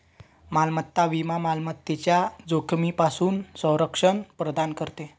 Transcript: मालमत्ता विमा मालमत्तेच्या जोखमीपासून संरक्षण प्रदान करते